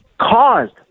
caused